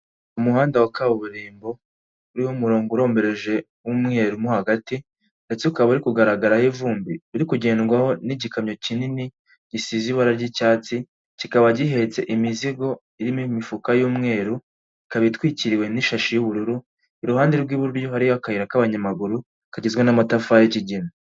Umuhanda wa kaburimbo uriho umurongo urombereje w'umwerumo hagati ndetse ukaba uri kugaragaraho ivumbi uri kugendwaho n'igikamyo kinini gisize ibara ry'icyatsi, kikaba gihetse imizigo irimo imifuka y'umweru, ikaba itwikiriwe n'ishashi y'ubururu, iruhande rw'iburyo hariho akayira k'abanyamaguru kagizwe n'amatafari y'ikigina.